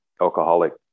alcoholic